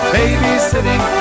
babysitting